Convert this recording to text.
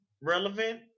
relevant